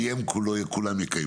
לקיים כולם יקיימו.